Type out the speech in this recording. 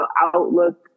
outlook